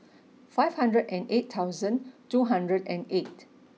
five hundred and eight thousand two hundred and eight